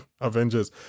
Avengers